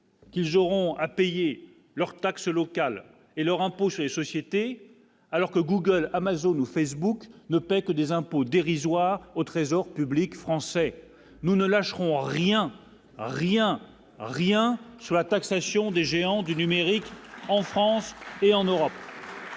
Qu'ils auront à payer leurs taxes locales et leur impôt sur les sociétés, alors que Google Amazone ou Facebook ne paient que des impôts dérisoires au Trésor public français, nous ne lâcherons rien rien rien sur la taxation des géants du numérique. En France et en Europe.